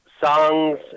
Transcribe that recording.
songs